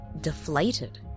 deflated